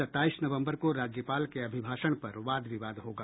सताईस नवम्बर को राज्यपाल के अभिभाषण पर वाद विवाद होगा